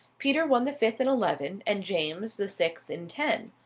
peter won the fifth in eleven, and james the sixth in ten.